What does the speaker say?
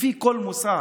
לפי כל מוסר.